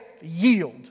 yield